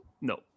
No